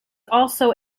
also